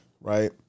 right